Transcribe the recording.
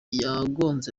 yagonze